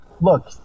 look